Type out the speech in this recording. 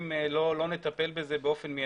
אם לא נטפל בזה באופן מידי,